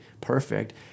perfect